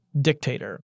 dictator